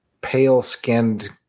pale-skinned